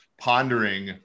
pondering